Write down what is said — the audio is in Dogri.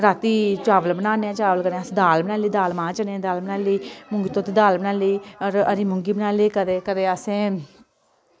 राती चावल बनाने चावल कन्नै अस दाल बनाई लेई मांह् चने दी दाल बनाई लेई मूंगी धोती दाल बनाई लेई और हरी मूंगी बनाई लेई कदे कदे असै